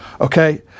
Okay